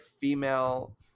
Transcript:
female